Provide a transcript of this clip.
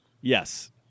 Yes